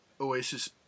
Oasis